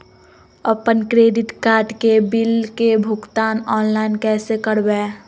अपन credit card के bill के भुगतान ऑनलाइन कैसे करबैय?